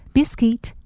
,Biscuit